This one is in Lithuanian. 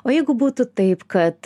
o jeigu būtų taip kad